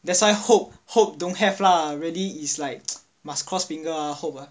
that's why hope hope don't have lah really is like must cross finger lah hope ah